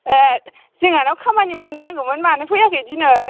ए' जोंहानाव खामानि मावनो नांगौमोन मानो फैयाखै दिनै